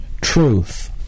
truth